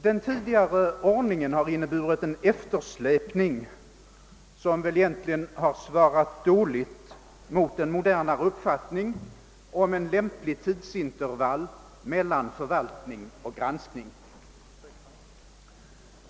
Den tidigare ordningen har inneburit en eftersläpning som väl egentligen har svarat dåligt mot en modernare uppfattning om lämpligt tidsintervall mellan förvaltning och granskning.